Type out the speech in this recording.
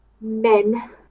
Men